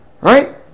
Right